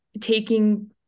taking